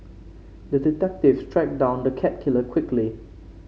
the detective tracked down the cat killer quickly